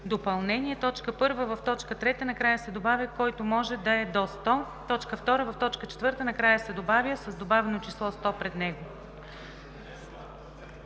допълнения: 1. В т. 3 накрая се добавя „който може да е до 100“. 2. В т. 4 накрая се добавя „с добавено число 100 пред него“.“